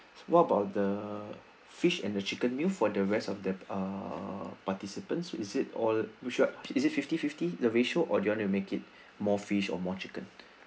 what about the fish and the chicken meal for the rest of them ah participants is it all which shal~ is it fifty fifty the ratio or do you want to make it more fish or more chicken